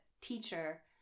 teacher